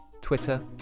Twitter